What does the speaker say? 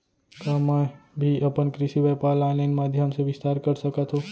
का मैं भी अपन कृषि व्यापार ल ऑनलाइन माधयम से विस्तार कर सकत हो?